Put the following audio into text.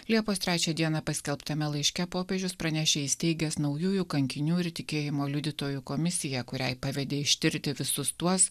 liepos trečią dieną paskelbtame laiške popiežius pranešė įsteigęs naujųjų kankinių ir tikėjimo liudytojų komisiją kuriai pavedė ištirti visus tuos